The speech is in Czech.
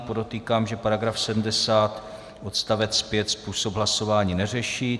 Podotýkám, že § 70 odst. 5 způsob hlasování neřeší.